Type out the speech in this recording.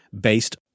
based